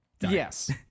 yes